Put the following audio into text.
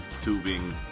tubing